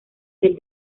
del